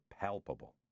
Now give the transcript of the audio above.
palpable